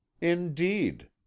Indeed